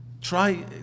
try